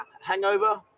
hangover